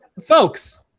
folks